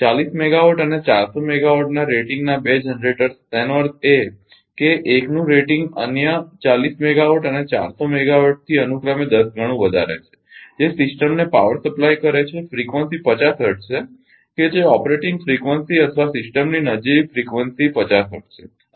40 megawatt અને 400 મેગાવાટના રેટિંગના બે જનરેટરસ તેનો અર્થ એ કે એકનું રેટિંગ અન્ય 40 મેગાવોટ અને 400 મેગાવાટથી અનુક્રમે 10 ગણું વધારે છે જે સિસ્ટમને પાવર સપ્લાય કરે છે ફ્રીક્વન્સી 50 હર્ટ્ઝ છે કે જે ઓપરેટિંગ ફ્રીક્વન્સી અથવા સિસ્ટમની નજીવી ફ્રીક્વન્સી 50 હર્ટ્ઝ છે